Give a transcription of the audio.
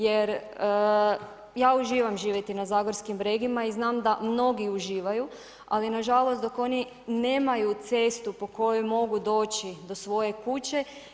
Jer ja uživam živjeti na zagorskim bregima i znam da mnogi uživaju ali nažalost dok oni nemaju cestu po kojoj mogu doći do svoje kuće.